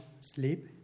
sleep